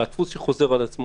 אם זה חגים יהודיים,